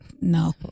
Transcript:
no